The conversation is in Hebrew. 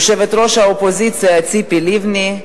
יושבת-ראש האופוזיציה ציפי לבני,